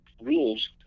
rules